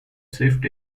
shift